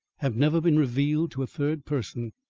have never been revealed to a third person.